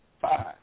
five